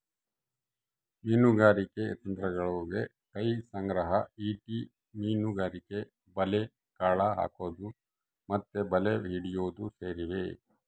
ಮೀನುಗಾರಿಕೆ ತಂತ್ರಗುಳಗ ಕೈ ಸಂಗ್ರಹ, ಈಟಿ ಮೀನುಗಾರಿಕೆ, ಬಲೆ, ಗಾಳ ಹಾಕೊದು ಮತ್ತೆ ಬಲೆ ಹಿಡಿಯೊದು ಸೇರಿವ